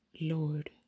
Lord